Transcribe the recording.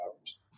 hours